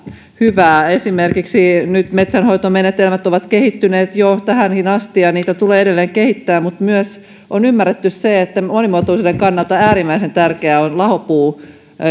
hyvää esimerkiksi metsänhoitomenetelmät ovat kehittyneet nyt jo tähänkin asti ja niitä tulee edelleen kehittää mutta on ymmärretty myös se että monimuotoisuuden kannalta äärimmäisen tärkeää on